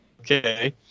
okay